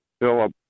Philip